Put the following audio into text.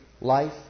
life